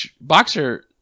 boxer